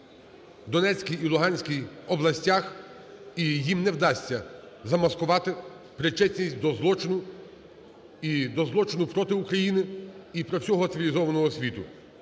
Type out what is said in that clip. в Донецькій і Луганській областях, і їм не вдасться замаскувати причетність до злочину і до злочину проти України, і до всього цивілізованого світу.